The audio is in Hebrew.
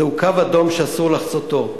זהו קו אדום שאסור לחצותו.